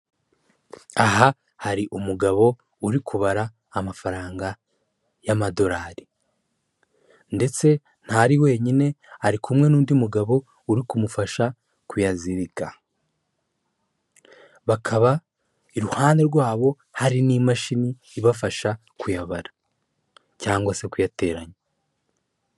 Aha hari umugabo uri kubara amafaranga y'amadorari ndetse ntari wenyine ari kumwe n'undi mugabo uri kumufasha kuyazirika bakaba iruhande rwabo hari n'imashini ibafasha kuyabara cyangwa se kuyateranya.